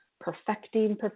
perfecting